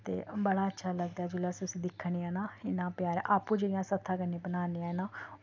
ते बड़ा अच्छा लगदा जेल्लै अस उस्सी दिक्खने आं ना इन्ना प्यारा आपूं जि'यां अस हत्था कन्नै बनाने आं ना ओह्